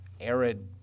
arid